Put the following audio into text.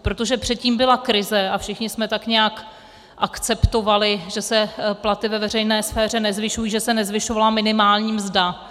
Protože předtím byla krize a všichni jsme tak nějak akceptovali, že se platy ve veřejné sféře nezvyšují, že se nezvyšovala minimální mzda.